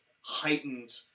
heightened